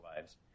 lives